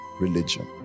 religion